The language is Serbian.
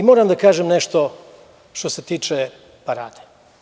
Moram da kažem nešto što se tiče aparata.